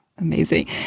Amazing